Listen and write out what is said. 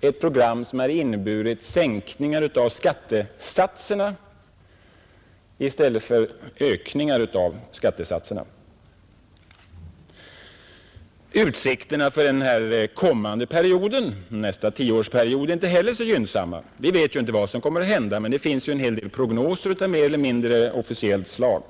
ett program som inneburit sänkningar av skattesatserna i stället för ökningar av dem. Utsikterna för nästa tioårsperiod är inte heller så gynnsamma. Vi vet inte vad som kommer att hända, men det finns ju en hel del prognoser av mer eller mindre officiellt slag.